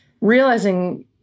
realizing